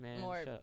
more